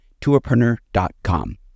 tourpreneur.com